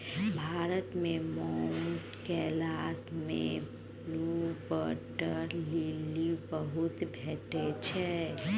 भारत मे माउंट कैलाश मे blue water lily बहुत भेटै छै